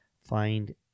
find